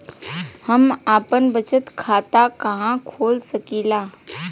हम आपन बचत खाता कहा खोल सकीला?